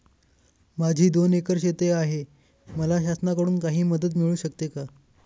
माझी दोन एकर शेती आहे, मला शासनाकडून काही मदत मिळू शकते का?